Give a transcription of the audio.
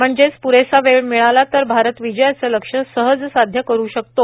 म्हणजेच प्रेसा वेळ मिळाला तर भारत विजयाचं लक्ष्य सहज साध्य करु शकतो